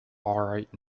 alright